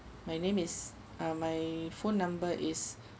my name is uh my phone number is